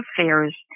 Affairs